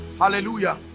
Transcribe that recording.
Hallelujah